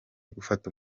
gufata